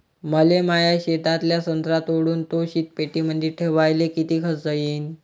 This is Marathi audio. मले माया शेतातला संत्रा तोडून तो शीतपेटीमंदी ठेवायले किती खर्च येईन?